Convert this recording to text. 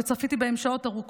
שצפיתי בהם שעות ארוכות,